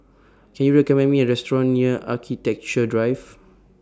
Can YOU recommend Me A Restaurant near Architecture Drive